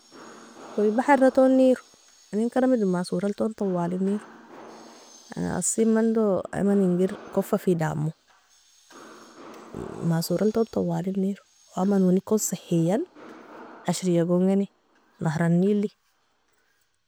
Baharton nero, innein karamedo masoralton tawali nerom, yani asin mando aman inger kofa fi damo, masoralton tawali nero, amanuniko sehina ashria gongini nahr alnieli.